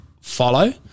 follow